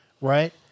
right